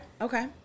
okay